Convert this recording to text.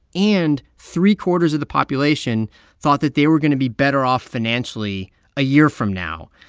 and three-quarters of the population thought that they were going to be better off financially a year from now.